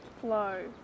flow